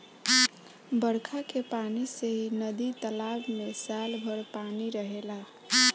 बरखा के पानी से ही नदी तालाब में साल भर पानी रहेला